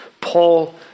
Paul